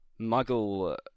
Muggle